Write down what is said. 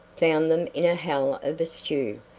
found them in a hell of a stew.